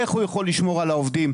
איך הוא יכול לשמור על העובדים?